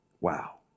Wow